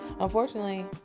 unfortunately